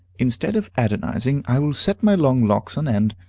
instead of adonizing, i will set my long locks on end,